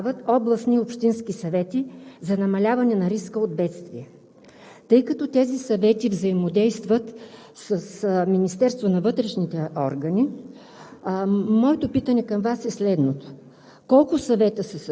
Съгласно тези указания трябва да се създават областни и общински съвети за намаляване на риска от бедствия. Тъй като тези съвети взаимодействат с Министерството на вътрешните органи,